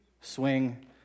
swing